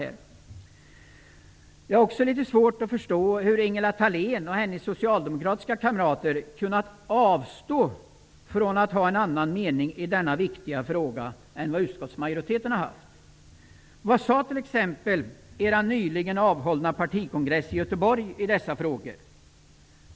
Jag har också litet svårt att förstå hur Ingela Thalén och hennes socialdemokratiska kamrater kunnat avstå från att ha en annan mening i denna viktiga fråga än utskottsmajoriteten. Vad sade t.ex. er nyligen avhållna partikongress i Göteborg i dessa frågor?